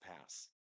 pass